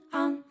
on